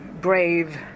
brave